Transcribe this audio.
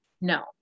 No